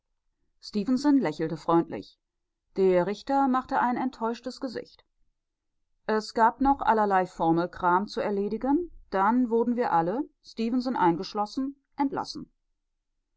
lächelte freundlich der richter machte ein enttäuschtes gesicht es gab noch allerlei formelkram zu erledigen dann wurden wir alle stefenson eingeschlossen entlassen